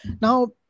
Now